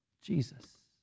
Jesus